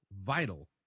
vital